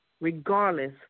regardless